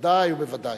בוודאי ובוודאי.